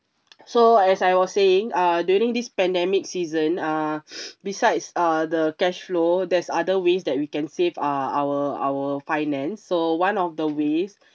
so as I was saying uh during this pandemic season err besides uh the cash flow there's other ways that we can save uh our our finance so one of the ways